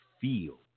feel